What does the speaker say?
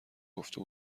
گفته